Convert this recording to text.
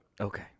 Okay